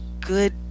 good